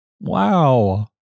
Wow